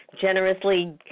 generously